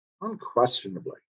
Unquestionably